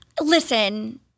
Listen